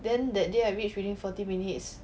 then that day I reach within forty minutes